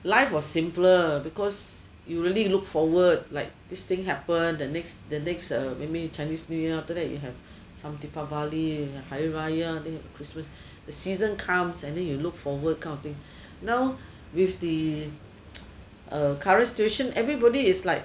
life was simpler because you really look forward like this thing happen the next the next uh maybe chinese new year after that you have some deepavali hari raya then you have christmas the season comes and then you look forward kind of thing now with the uh current situation everybody is like